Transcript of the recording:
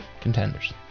contenders